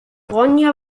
ronja